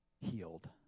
healed